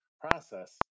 process